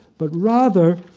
but rather